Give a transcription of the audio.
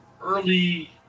Early